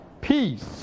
peace